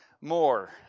more